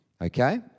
okay